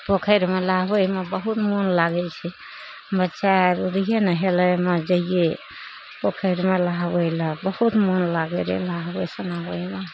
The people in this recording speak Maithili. पोखरिमे नहबयमे बहुत मोन लागय छै बच्चा आरके देखियोने हेलयमे जइए पोखरिमे नहबय लए बहुत मोन लागय रहय नहबय सुनाबयमे